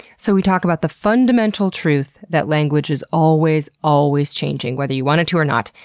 so, we talk about the fundamental truth that language is always, always changing whether you want it to or not.